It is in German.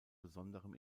besonderem